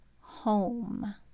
home